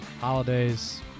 holidays